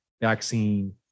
vaccine